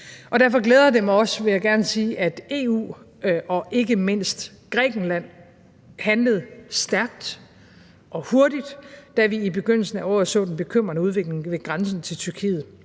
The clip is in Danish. jeg gerne sige, at EU og ikke mindst Grækenland handlede stærkt og hurtigt, da vi i begyndelsen af året så den bekymrende udvikling ved grænsen til Tyrkiet.